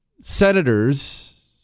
senators